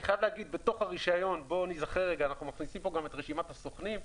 אנחנו מכניסים גם את רשימת הסוכנים.